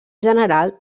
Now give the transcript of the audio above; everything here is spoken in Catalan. general